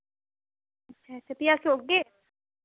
अच्छा अच्छा फ्ही अस औगे